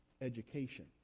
Education